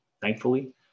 thankfully